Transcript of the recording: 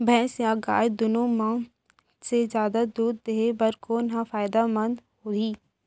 भैंस या गाय दुनो म से जादा दूध देहे बर कोन ह फायदामंद होही?